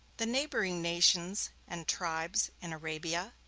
the neighboring nations and tribes in arabia,